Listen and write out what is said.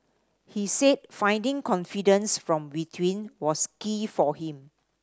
he said finding confidence from within was key for him